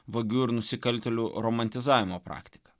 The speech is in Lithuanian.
vagių ir nusikaltėlių romantizavimo praktika